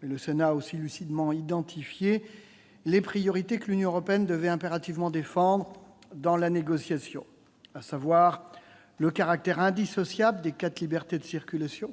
Le Sénat a aussi lucidement identifié les priorités que l'Union européenne devait impérativement défendre dans la négociation, à savoir le caractère indissociable des quatre libertés de circulation-